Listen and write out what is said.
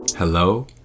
Hello